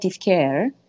care